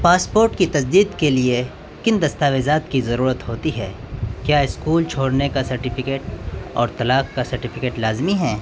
passport کی تجدید کے لیے کن دستاویزات کی ضرورت ہوتی ہے کیا اسکول چھوڑنے کا سرٹیفکیٹ اور طلاق کا سرٹیفکیٹ لازمی ہے